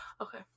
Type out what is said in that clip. okay